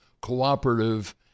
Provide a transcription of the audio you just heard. cooperative